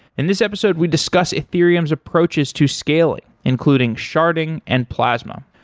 in this episode, we discuss ethereum's approaches to scaling, including sharding and plasma.